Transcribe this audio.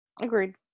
Agreed